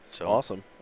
Awesome